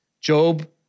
Job